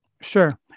Sure